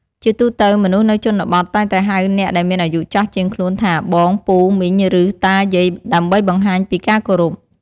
ជាទូទៅ មនុស្សនៅជនបទតែងតែហៅអ្នកដែលមានអាយុចាស់ជាងខ្លួនថា បង ពូ មីង ឬ តាយាយ ដើម្បីបង្ហាញពីការគោរព។